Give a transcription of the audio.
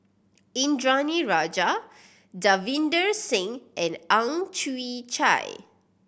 Indranee Rajah Davinder Singh and Ang Chwee Chai